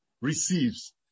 receives